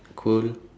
cool